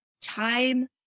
time